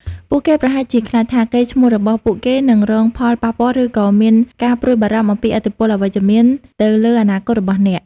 ពួកគេប្រហែលជាខ្លាចថា កេរ្តិ៍ឈ្មោះរបស់ពួកគេនឹងរងផលប៉ះពាល់ ឬក៏មានការព្រួយបារម្ភអំពីឥទ្ធិពលអវិជ្ជមានទៅលើអនាគតរបស់អ្នក។